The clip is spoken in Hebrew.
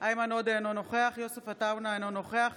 איימן עודה, אינו נוכח יוסף עטאונה, אינו נוכח